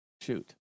shoot